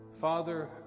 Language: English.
Father